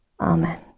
Amen